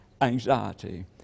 anxiety